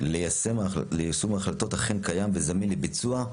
ליישום ההחלטות אכן קיים וזמין לביצוע,